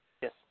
Yes